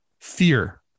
fear